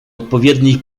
odpowiednich